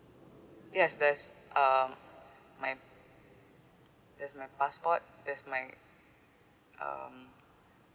yes there's um my there's my passport that's my um